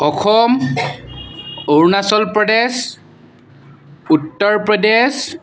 Assam Arunachal Pradesh Uttar Pradesh